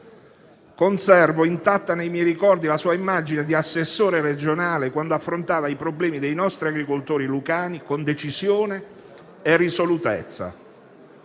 Conservo intatta nei miei ricordi la sua immagine di assessore regionale, quando affrontava i problemi dei nostri agricoltori lucani con decisione e risolutezza.